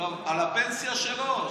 על הפנסיה שלו.